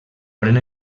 pren